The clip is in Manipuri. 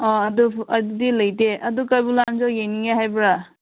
ꯑꯥ ꯑꯗꯨꯕꯨ ꯑꯗꯨꯗꯤ ꯂꯩꯇꯦ ꯑꯗꯨ ꯀꯩꯕꯨꯜ ꯂꯝꯖꯥꯎ ꯌꯦꯡꯅꯤꯡꯉꯦ ꯍꯥꯏꯕ꯭ꯔ